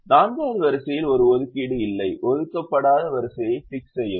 எனவே நான்காவது வரிசையில் ஒரு ஒதுக்கீடு இல்லை ஒதுக்கப்படாத வரிசையைத் டிக் செய்யவும்